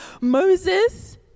Moses